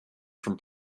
from